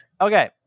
Okay